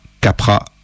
Capra